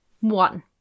One